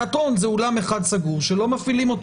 תיאטרון הוא אולם אחד סגור שלא מפעילים אותו